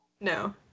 No